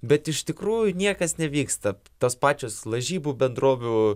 bet iš tikrųjų niekas nevyksta tos pačios lažybų bendrovių